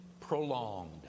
prolonged